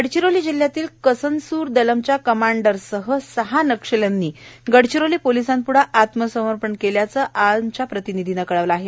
गडचिरोली जिल्ह्यातील कसनसूर दलमच्या कमांडरसह सहा वक्षल्यांनी गडचिरोली पोलिसांपुढं आत्मसमर्पण केल्याचं आमच्या प्रतिनिधीनं कळवलं आहे